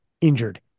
injured